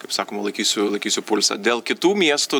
kaip sakoma laikysiu laikysiu pulsą dėl kitų miestų